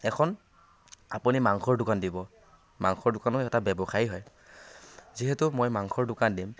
এখন আপুনি মাংসৰ দোকান দিব মাংসৰ দোকানো এটা ব্যৱসায়ে হয় যিহেতু মই মাংসৰ দোকান দিম